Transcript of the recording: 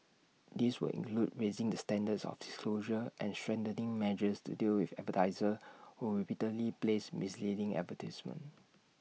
this would include raising the standards of disclosure and strengthening measures to deal with advertisers who repeatedly place misleading advertisements